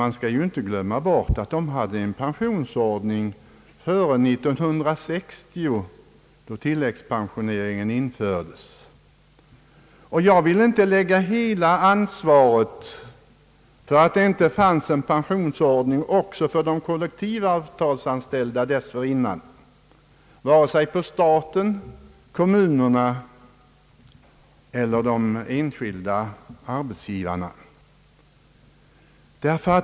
Man skall dock inte glömma bort att för dessa tjänstemän fanns en pensionsordning före 1960, då tilläggspensioneringen infördes. Jag vill inte lägga hela ansvaret för att det inte fanns en pensionsordning också för de kollektivavtalsanställda dessförinnan vare sig på staten, kommunerna eller de enskilda arbetsgivarna.